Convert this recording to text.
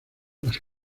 las